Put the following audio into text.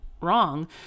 wrong